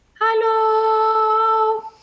Hello